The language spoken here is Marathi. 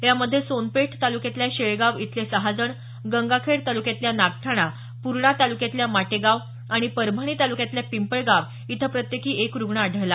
यामध्ये सोनपेठ तालुक्यातल्या शेळगाव इथले सहा जण गंगाखेड तालुक्यातल्या नागठाणा पुर्णा तालुक्यातल्या माटेगाव आणि परभणी तालुक्यातल्या पिंपळगाव इथं प्रत्येकी एक रुग्ण आढळला